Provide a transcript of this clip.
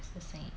it's the same